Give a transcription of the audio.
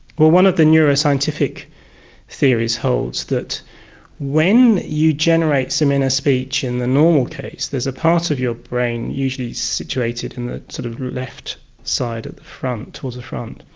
well, one of the neuroscientific theories holds that when you generate some inner speech in the normal case, there is a part of your brain, usually situated in the sort of left side at the front, towards the front,